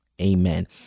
Amen